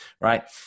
right